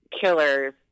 killer's